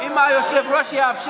אם היושב-ראש יאפשר,